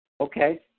Okay